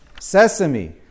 sesame